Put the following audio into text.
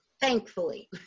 thankfully